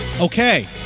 Okay